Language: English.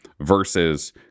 versus